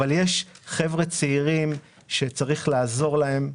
אבל יש חבר'ה צעירים שצריך לעזור להם,